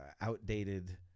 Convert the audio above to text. outdated